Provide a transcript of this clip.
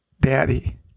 Daddy